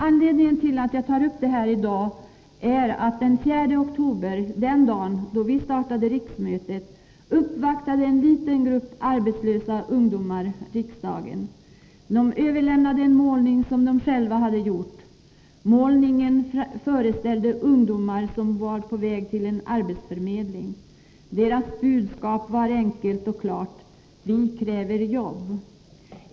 Anledningen till att jag tar upp detta i dag är att en liten grupp arbetslösa ungdomar uppvaktade riksdagen den 4 oktober, den dag då vi öppnade riksmötet. De överlämnade en målning som de själva hade gjort. Målningen föreställde ungdomar som var på väg till en arbetsförmedling. Deras budskap var enkelt och klart: Vi kräver jobb.